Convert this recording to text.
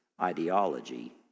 ideology